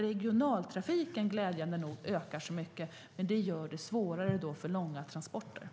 Regionaltrafiken ökar mycket, glädjande nog, men det gör det svårare för långa transporter.